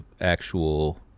actual